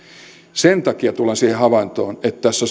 sen takia tullaan siihen havaintoon että